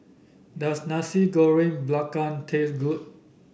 does Nasi Goreng Belacan taste good